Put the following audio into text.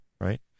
right